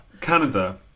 Canada